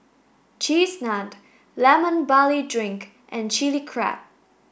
Cheese Naan lemon barley drink and chili crab